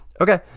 Okay